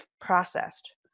processed